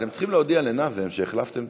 אתם צריכים להודיע לנאזם שהחלפתם,